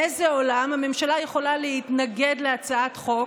באיזו עולם הממשלה יכולה להתנגד להצעת חוק